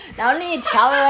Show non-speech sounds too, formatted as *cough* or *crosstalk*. *laughs*